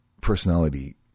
personality